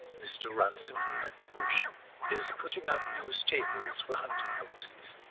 mr. runciman at the bush is putting up new stables for hunting-horses,